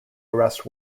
arrest